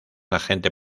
agente